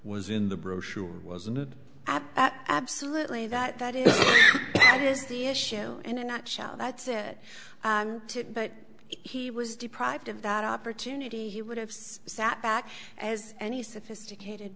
was in the brochure wasn't it absolutely that is what is the issue in a nutshell that's it but he was deprived of that opportunity he would have sat back as any sophisticated